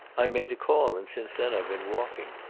i made a call, and since then i've been walking.